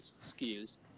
skills